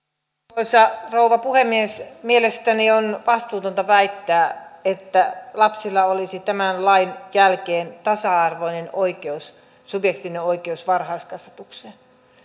arvoisa rouva puhemies mielestäni on vastuutonta väittää että lapsilla olisi tämän lain jälkeen tasa arvoinen subjektiivinen oikeus varhaiskasvatukseen